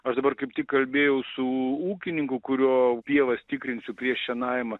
aš dabar kaip tik kalbėjau su ūkininku kurio pievas tikrinsiu prieš šienavimą